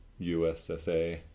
USSA